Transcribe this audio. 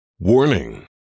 Warning